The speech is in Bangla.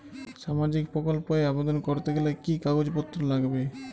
সামাজিক প্রকল্প এ আবেদন করতে গেলে কি কাগজ পত্র লাগবে?